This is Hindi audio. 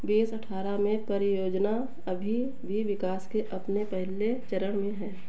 बीस अट्ठारह में परियोजना अभी भी विकास के अपने पहले चरण में है